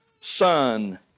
Son